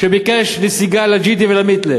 שביקש נסיגה לג'ידי ולמיתלה